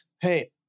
Hey